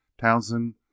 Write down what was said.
Townsend